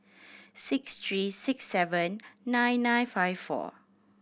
six three six seven nine nine five four